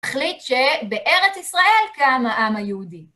החליט שבארץ ישראל קם העם היהודי.